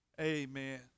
Amen